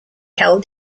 held